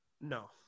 No